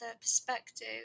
perspective